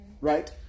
right